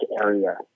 area